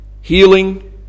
Healing